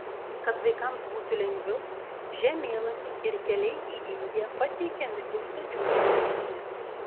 kad vaikams būtų lengviau žemėlapiai ir keliai į indiją pateikiami užduočių sąsiuvinyje